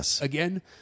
again